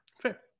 fair